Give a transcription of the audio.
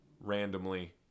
randomly